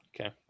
Okay